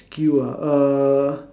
skill ah uh